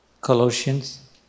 Colossians